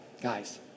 guys